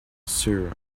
sure